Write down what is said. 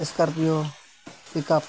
scorpio pickup